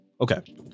okay